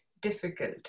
difficult